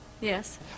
Yes